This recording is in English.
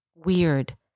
Weird